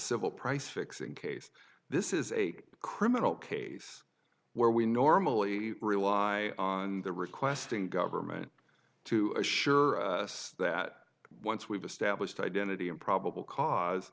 civil price fixing case this is a criminal case where we normally rely on the requesting government to assure us that once we've established identity of probable cause